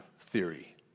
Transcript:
theory